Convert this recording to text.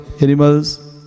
animals